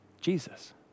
Jesus